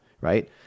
right